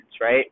right